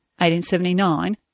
1879